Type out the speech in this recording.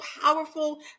powerful